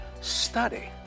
study